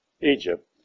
Egypt